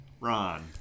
Ron